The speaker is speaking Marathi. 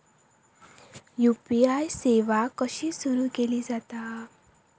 यू.पी.आय सेवा कशी सुरू केली जाता?